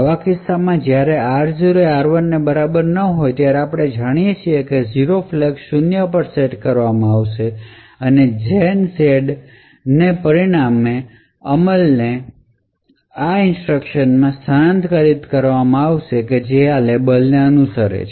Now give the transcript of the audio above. આવા કિસ્સામાં જ્યારે r0 એ r1 ની બરાબર ન હોય ત્યારે આપણે જાણીએ છીએ કે 0 ફ્લેગ શૂન્ય પર સેટ કરવામાં આવશે અને 0 ના હોય તો લેબલ પરનો જંપ ને પરિણામે અમલને આ ઇન્સટ્રક્શન માં સ્થાનાંતરિત કરવામાં આવશે જે લેબલ ને અનુસરે છે